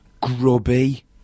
grubby